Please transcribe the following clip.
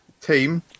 team